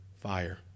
fire